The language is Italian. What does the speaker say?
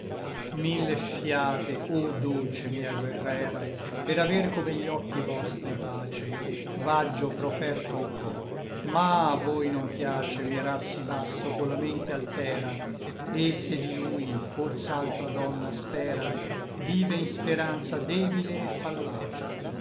mille fïate o dolce mia guerrera per aver co begli occhi vostri pace v'aggio proferto il cor m voi non piace mirar sí basso colla mente altera et se di lui fors'altra donna spera vive in speranza debile et fallace